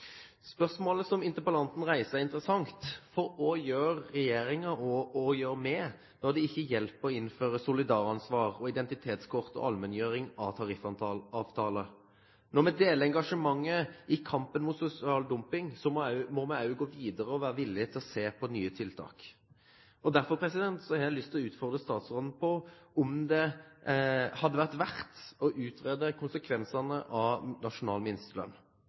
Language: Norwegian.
Spørsmålet som interpellanten reiser, er interessant. For hva gjør regjeringen, og hva gjør vi, når det ikke hjelper å innføre solidaransvar og identitetskort og allmenngjøring av tariffavtaler? Når vi deler engasjementet i kampen mot sosial dumping, må vi også gå videre og være villige til å se på nye tiltak. Derfor har jeg lyst til å utfordre statsråden på om det kan være verdt å utrede konsekvensene av nasjonal minstelønn.